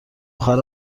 اخر